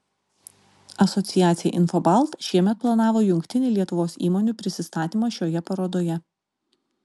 asociacija infobalt šiemet planavo jungtinį lietuvos įmonių prisistatymą šioje parodoje